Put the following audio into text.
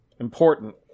important